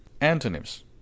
antonyms